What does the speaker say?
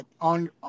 on